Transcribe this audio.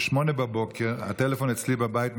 ב-08:00 הטלפון אצלי בבית צלצל,